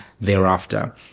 thereafter